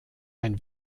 ein